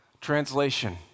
Translation